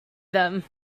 them